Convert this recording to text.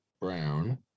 Brown